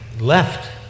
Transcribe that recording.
left